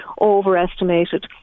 overestimated